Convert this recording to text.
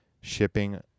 shipping